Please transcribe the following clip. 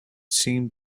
seem